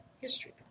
history